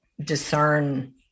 discern